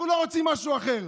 אנחנו לא רוצים משהו אחר.